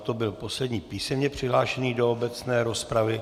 To byl poslední písemně přihlášený do obecné rozpravy.